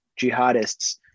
jihadists